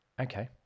Okay